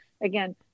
again